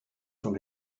from